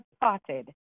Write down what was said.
parted